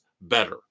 better